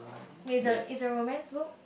is a is a romance book